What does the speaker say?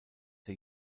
der